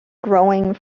growing